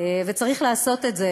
וצריך לעשות את זה.